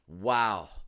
Wow